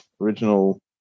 original